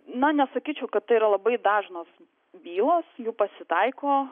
na nesakyčiau kad tai yra labai dažnos bylos jų pasitaiko